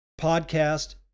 podcast